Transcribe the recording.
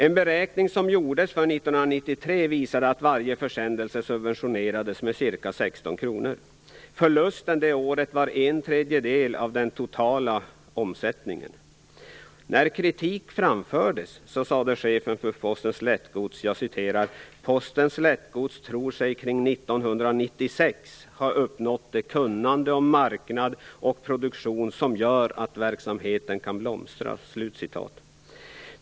En beräkning som gjordes för år 1993 visade att varje försändelse subventionerades med ca 16 kr. Förlusten det året var en tredjedel av den totala omsättningen. Lättgods: "Postens Lättgods tror sig kring 1996 ha uppnått det kunnande om marknad och produktion som gör att verksamheten kan blomstra."